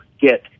get